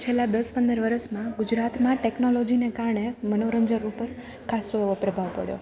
છેલ્લા દસ પંદર વર્ષમાં ગુજરાતમાં ટેકનોલોજીને કારણે મનોરંજન ઉપર ખાસો એવો પ્રભાવ પડ્યો